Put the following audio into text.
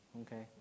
Okay